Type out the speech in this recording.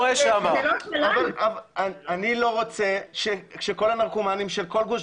אני לא רוצה שכל הנרקומנים של כול גוש